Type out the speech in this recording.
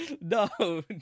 no